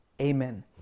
amen